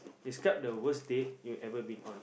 describe the worst date you ever been on